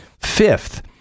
Fifth